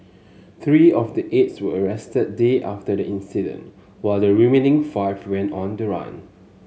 three of the eight were arrested days after the incident while the remaining five went on the run